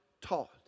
Taught